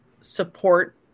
support